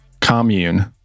Commune